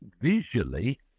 visually